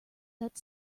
that